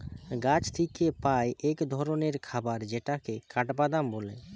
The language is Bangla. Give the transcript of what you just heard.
গাছ থিকে পাই এক ধরণের খাবার যেটাকে কাঠবাদাম বলে